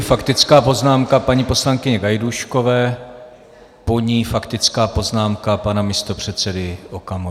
Faktická poznámka paní poslankyně Gajdůškové, po ní faktická poznámka pana místopředsedy Okamury.